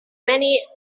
many